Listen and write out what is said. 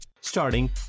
Starting